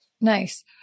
nice